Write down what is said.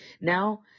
Now